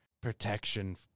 protection